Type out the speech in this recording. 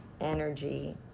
energy